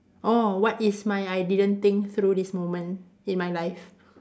orh what is my I didn't think through this moment in my life